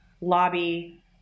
lobby